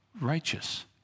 righteous